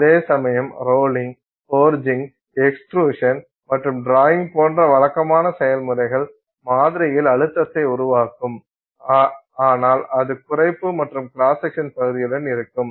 அதேசமயம் rolling forging extrusion மற்றும் drawing போன்ற வழக்கமான செயல்முறைகள் மாதிரியில் அழுத்தத்தை உருவாக்கும் ஆனால் அது குறைப்பு மற்றும் கிராஸ் செக்ஷன் பகுதியுடன் இருக்கும்